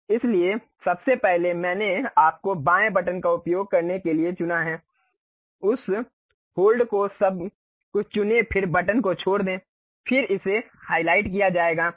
इसलिए सबसे पहले मैंने आपको बाएं बटन का उपयोग करने के लिए चुना है उस होल्ड को सब कुछ चुनें फिर बटन को छोड़ दें फिर इसे हाइलाइट किया जाएगा